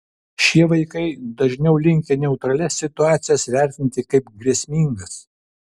šie vaikai dažniau linkę neutralias situacijas vertinti kaip grėsmingas